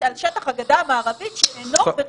אנחנו עשינו דיון יפה.